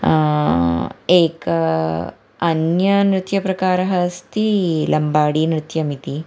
एकः अन्यनृत्यप्रकारः अस्ति लम्बाडि नृत्यम् इति